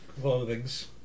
Clothings